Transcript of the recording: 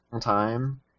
time